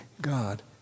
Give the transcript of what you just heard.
God